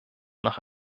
nach